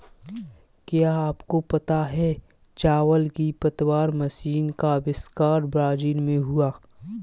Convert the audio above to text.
क्या आपको पता है चावल की पतवार मशीन का अविष्कार ब्राज़ील में हुआ